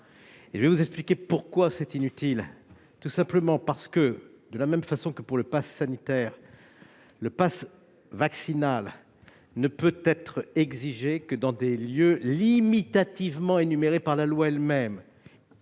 pas trop tard ! Pourquoi est-ce inutile ? Tout simplement parce que, de la même façon que pour le passe sanitaire, le passe vaccinal ne peut être exigé que dans des lieux limitativement énumérés par la loi elle-même.